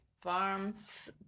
farms